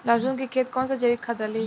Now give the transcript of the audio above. लहसुन के खेत कौन सा जैविक खाद डाली?